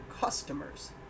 customers